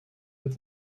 with